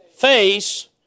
Face